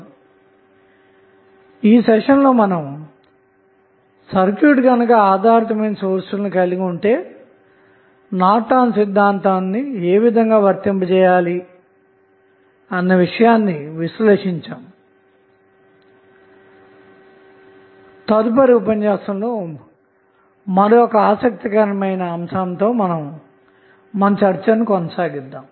కాబట్టి ఈ సెషన్లో మనము సర్క్యూట్ లో ఆధారితమైన రిసోర్స్ లు కలిగి ఉన్నప్పుడు నార్టన్ సిద్ధాంతం విశ్లేషించాము